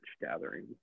gathering